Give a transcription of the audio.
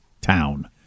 town